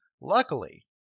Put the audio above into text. Luckily